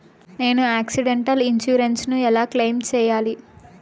నేను accidental insurance ను ఎలా క్లెయిమ్ సేయాలి?